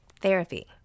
therapy